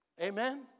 Amen